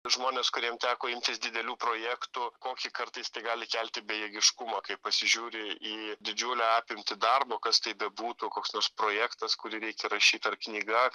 žmonės kuriem teko imtis didelių projektų kokį kartą jis tai gali kelti bejėgiškumą kai pasižiūri į didžiulę apimtį darbo kas tai bebūtų koks nors projektas kurį reikia rašyt ar knyga